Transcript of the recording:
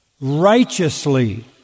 righteously